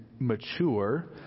Mature